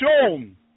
shown